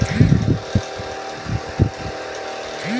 वित्तीय बाजार दक्षता की परिकल्पना किसने बनाई?